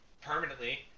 permanently